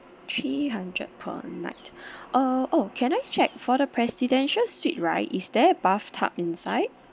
three hundred per night uh oh can I check for the presidential suite right is there a bathtub inside